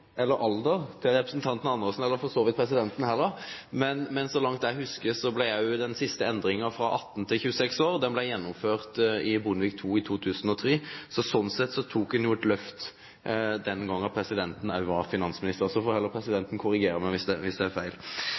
jeg husker, ble den siste endringen, fra 18 til 26 år, gjennomført av Bondevik II-regjeringen i 2003. Sånn sett tok en jo et løft den gangen presidenten var finansminister – så får heller presidenten korrigere meg hvis det er feil. Men det jeg ønsker å legge til, er